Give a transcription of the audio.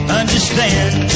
understand